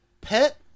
Pet